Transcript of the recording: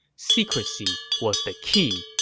secrecy was the key,